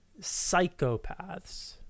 psychopaths